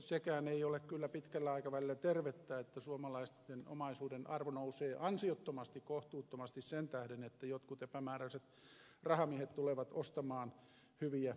sekään ei ole kyllä pitkällä aikavälillä tervettä että suomalaisten omaisuuden arvo nousee ansiottomasti kohtuuttomasti sen tähden että jotkut epämääräiset rahamiehet tulevat ostamaan hyviä paikkoja